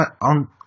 on